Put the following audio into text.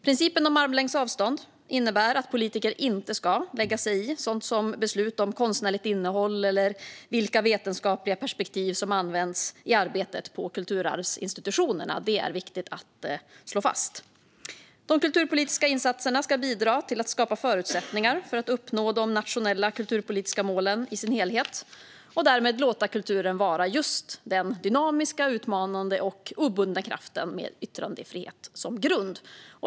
Principen om armlängds avstånd innebär att politiker inte ska lägga sig i sådant som beslut om konstnärligt innehåll eller vilka vetenskapliga perspektiv som används i arbetet på kulturarvsinstitutionerna. Detta är viktigt att slå fast. De kulturpolitiska insatserna ska bidra till att skapa förutsättningar för att uppnå de nationella kulturpolitiska målen i sin helhet och därmed låta kulturen vara just den dynamiska, utmanande och obundna kraft den ska vara med yttrandefriheten som grund.